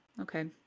okay